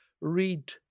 read